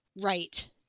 Right